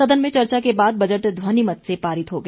सदन में चर्चा के बाद बजट ध्वनिमत से पारित हो गया